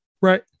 Right